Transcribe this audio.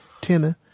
Timmy